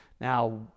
Now